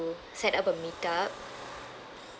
set up a meetup